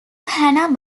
hanna